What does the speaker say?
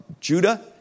Judah